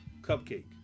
Cupcake